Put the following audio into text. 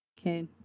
okay